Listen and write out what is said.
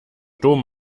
dom